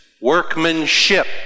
workmanship